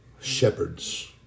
shepherds